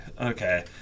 Okay